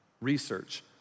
research